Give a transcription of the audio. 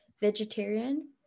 vegetarian